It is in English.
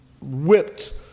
whipped